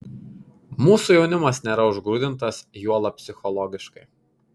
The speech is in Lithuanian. mūsų jaunimas nėra užgrūdintas juolab psichologiškai